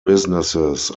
businesses